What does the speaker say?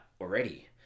already